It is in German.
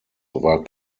war